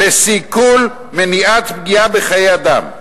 "לסיכול של מניעת פגיעה בחיי אדם."